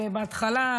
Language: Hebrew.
ובהתחלה,